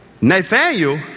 Nathaniel